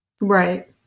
Right